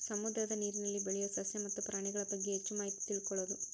ಸಮುದ್ರದ ನೇರಿನಲ್ಲಿ ಬೆಳಿಯು ಸಸ್ಯ ಮತ್ತ ಪ್ರಾಣಿಗಳಬಗ್ಗೆ ಹೆಚ್ಚ ಮಾಹಿತಿ ತಿಳಕೊಳುದು